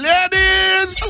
Ladies